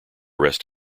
rest